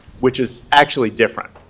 which is actually different.